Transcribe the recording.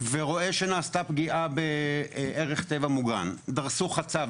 ורואה שנעשתה פגיעה בערך טבע מוגן דרסו חצב,